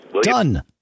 Done